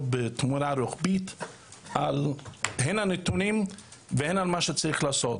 בצורה רוחבית על הנתונים ועל מה שצריך לעשות.